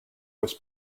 was